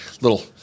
little